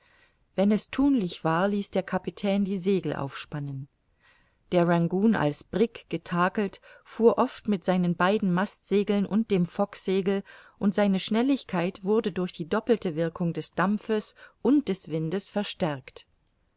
wenn es thunlich war ließ der kapitän die segel aufspannen der rangoon als brigg getakelt fuhr oft mit seinen beiden mastsegeln und dem focksegel und seine schnelligkeit wurde durch die doppelte wirkung des dampfes und des windes verstärkt